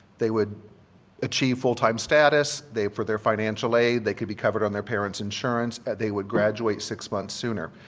they would achieve full time status, they for their financial aid, they could be covered on their parent's insurance, and they would graduate six months sooner.